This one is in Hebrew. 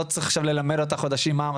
לא צריך ללמד אותן מה המצב,